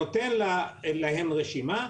נותן להם רשימה.